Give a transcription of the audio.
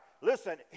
listen